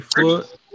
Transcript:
foot